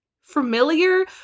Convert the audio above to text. familiar